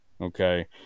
Okay